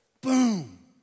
Boom